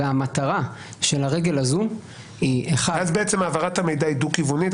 מטרת הרגל הזו היא --- ואז העברת המידע היא דו כיוונית?